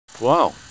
Wow